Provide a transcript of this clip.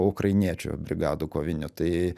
ukrainiečių brigadų kovinių tai